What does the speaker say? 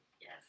Yes